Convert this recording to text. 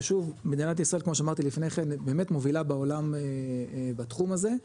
ושוב מדינת ישראל כמו שאמרתי לפני כן באמת מובילה בעולם בתחום הזה,